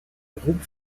groupes